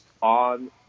on